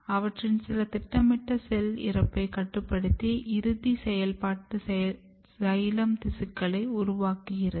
அவற்றில் சில திட்டமிட்ட செல் இறப்பை கட்டுப்படுத்தி இறுதி செயல்பாட்டு சைலேம் திசுக்களை உருவாக்குகிறது